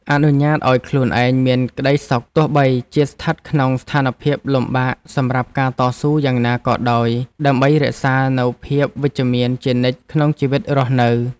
អនុញ្ញាតឱ្យខ្លួនឯងមានក្ដីសុខទោះបីជាស្ថិតក្នុងស្ថានភាពលំបាកសម្រាប់ការតស៊ូយ៉ាងណាក៏ដោយដើម្បីរក្សានូវភាពវិជ្ជមានជានិច្ចក្នុងជីវិតរស់នៅ។